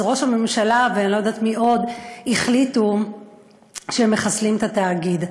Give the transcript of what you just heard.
ראש הממשלה ואני לא יודעת מי עוד החליטו שהם מחסלים את התאגיד,